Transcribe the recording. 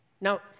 Now